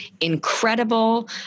incredible